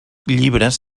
llibres